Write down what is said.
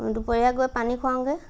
দুপৰীয়া গৈ পানী খুৱাওঁগৈ